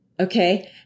Okay